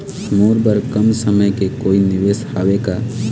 मोर बर कम समय के कोई निवेश हावे का?